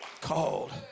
Called